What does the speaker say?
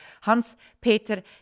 Hans-Peter